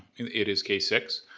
it is k six,